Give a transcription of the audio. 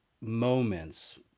moments